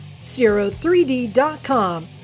Zero3D.com